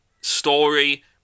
story